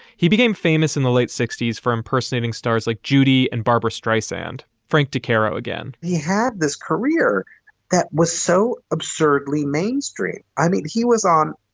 he became famous in the late sixty s for impersonating stars like judy and barbra streisand. frank decaro again, he had this career that was so absurdly mainstream. i mean, he was on.